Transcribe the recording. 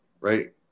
right